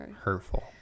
Hurtful